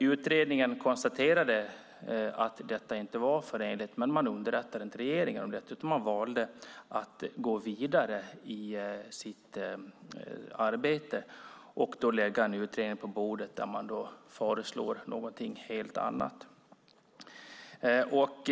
Utredningen konstaterade att detta inte var förenligt med detaljhandelsmonopolet, men man underrättade inte regeringen utan valde att gå vidare i sitt arbete och lägga en utredning på bordet där någonting helt annat föreslås.